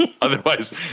Otherwise